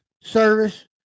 service